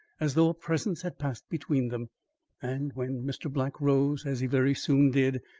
as though a presence had passed between them and when mr. black rose, as he very soon did,